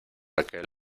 aquel